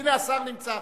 הנה, השר נמצא.